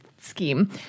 scheme